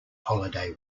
holiday